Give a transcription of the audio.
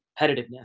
competitiveness